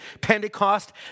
Pentecost